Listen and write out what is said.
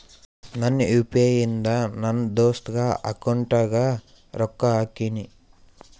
ನಂದ್ U P I ಇಂದ ನನ್ ದೋಸ್ತಾಗ್ ಅಕೌಂಟ್ಗ ರೊಕ್ಕಾ ಹಾಕಿನ್